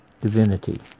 divinity